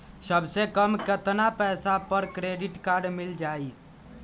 सबसे कम कतना पैसा पर क्रेडिट काड मिल जाई?